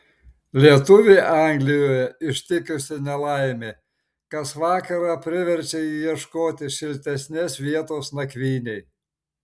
lietuvį anglijoje ištikusi nelaimė kas vakarą priverčia jį ieškoti šiltesnės vietos nakvynei